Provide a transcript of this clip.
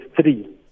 three